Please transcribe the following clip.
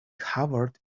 covered